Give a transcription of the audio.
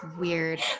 weird